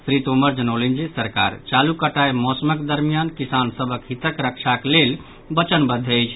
श्री तोमर जनौलनि जे सरकार चालू कटाई मौसमक दरमियान किसान सभक हितक रक्षाक लेल वचनबद्व अछि